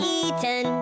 eaten